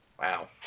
Wow